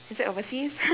is that overseas